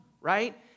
right